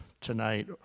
tonight